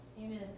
Amen